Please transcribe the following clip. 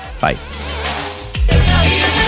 Bye